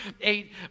eight